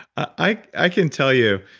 i i can tell you,